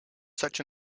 such